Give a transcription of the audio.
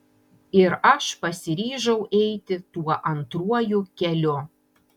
ir aš pasiryžau eiti tuo antruoju keliu